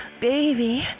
Baby